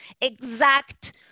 exact